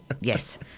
Yes